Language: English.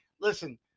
listen